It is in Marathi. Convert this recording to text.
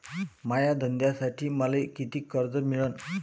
माया धंद्यासाठी मले कितीक कर्ज मिळनं?